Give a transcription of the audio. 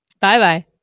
Bye-bye